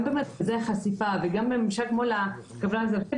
גם בממדי החשיפה וגם בממשק מול החברה הבדואית,